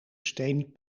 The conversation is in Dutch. steen